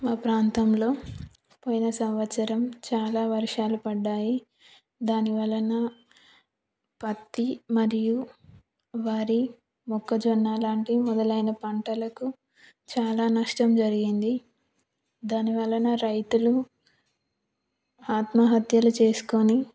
మా ప్రాంతంలో పోయిన సంవత్సరం చాలా వర్షాలు పడినాయి దాని వలన పత్తి మరియు వరి మొక్కజొన్నలాంటి మొదలైన పంటలకు చాలా నష్టం జరిగింది దాని వలన రైతులు ఆత్మహత్యలు చేసుకొని